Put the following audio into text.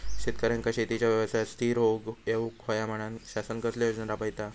शेतकऱ्यांका शेतीच्या व्यवसायात स्थिर होवुक येऊक होया म्हणान शासन कसले योजना राबयता?